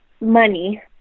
money